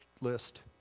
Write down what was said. list